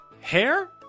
hair